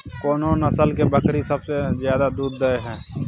कोन नस्ल के बकरी सबसे ज्यादा दूध दय हय?